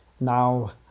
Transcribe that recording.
now